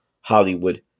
Hollywood